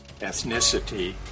ethnicity